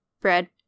bread